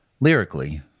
lyrically